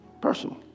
Personal